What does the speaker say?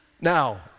Now